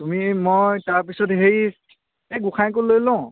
তুমি মই তাৰপিছত হেৰি এই গোসাঁইকো লৈ লওঁ